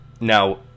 Now